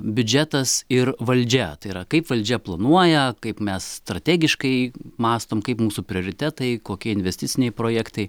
biudžetas ir valdžia tai yra kaip valdžia planuoja kaip mes strategiškai mąstom kaip mūsų prioritetai kokie investiciniai projektai